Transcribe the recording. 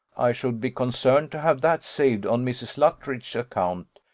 i should be concerned to have that saved on mrs. luttridge's account,